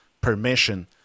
permission